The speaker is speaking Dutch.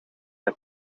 het